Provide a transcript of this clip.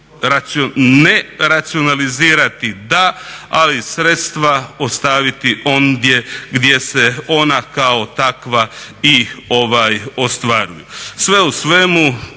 ne, racionalizirati da, ali sredstava ostaviti onda gdje se ona kao takva i ostvaruju. Sve u svemu